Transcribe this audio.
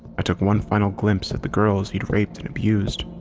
i took one final glimpse at the girls he'd raped and abused.